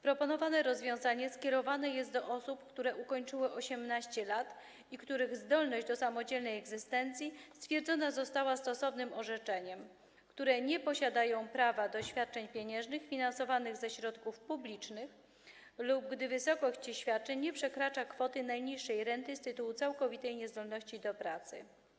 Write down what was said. Proponowane rozwiązanie skierowane jest do osób, które ukończyły 18 lat i których zdolność do samodzielnej egzystencji stwierdzona została stosownym orzeczeniem, które nie posiadają prawa do świadczeń pieniężnych finansowanych ze środków publicznych lub gdy wysokość tych świadczeń nie przekracza kwoty najniższej renty z tytułu całkowitej niezdolności do pracy.